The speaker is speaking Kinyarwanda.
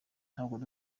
ntabwo